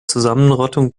zusammenrottung